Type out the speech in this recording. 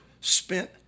spent